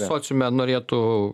sociume norėtų